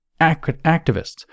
Activists